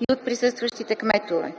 и от присъстващите кметове.